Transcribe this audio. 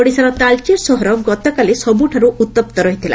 ଓଡ଼ିଶାର ତାଳଚେର ସହର ଗତକାଲି ସବୁଠାରୁ ଉତ୍ତପ୍ତ ରହିଥିଲା